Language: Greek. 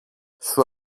σου